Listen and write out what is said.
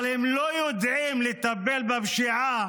אבל הם לא יודעים לטפל בפשיעה